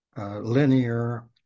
linear